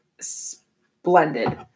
splendid